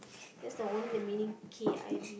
that's a own the meaning K_I_V